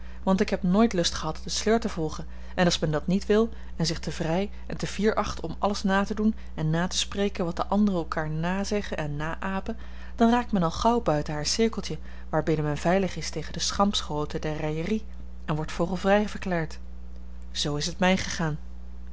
want ik heb nooit lust gehad den sleur te volgen en als men dat niet wil en zich te vrij en te fier acht om alles na te doen en na te spreken wat de anderen elkander nazeggen en naäpen dan raakt men al gauw buiten haar cirkeltje waarbinnen men veilig is tegen de schampschoten der raillerie en wordt vogelvrij verklaard zoo is het mij gegaan